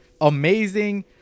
Amazing